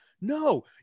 No